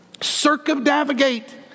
circumnavigate